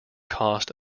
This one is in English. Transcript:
cost